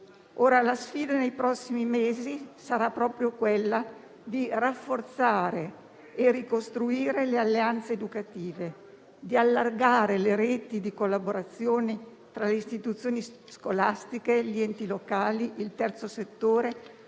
Ora la sfida nei prossimi mesi sarà proprio quella di rafforzare e ricostruire le alleanze educative, di allargare le reti di collaborazione tra le istituzioni scolastiche, gli enti locali e il terzo settore,